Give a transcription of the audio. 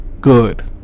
good